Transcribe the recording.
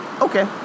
Okay